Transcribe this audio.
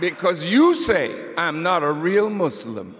because you say i am not a real muslim